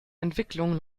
entwicklung